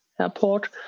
Airport